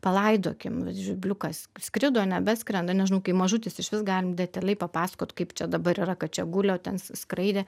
palaidokim žvirbliukas skrido nebeskrenda nežinau kai mažutis išvis galim detaliai papasakot kaip čia dabar yra kad čia guli o ten skraidė